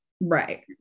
Right